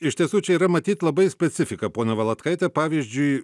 iš tiesų čia yra matyt labai specifika pone valatkaite pavyzdžiui